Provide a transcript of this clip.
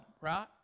right